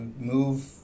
move